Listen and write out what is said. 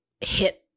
hit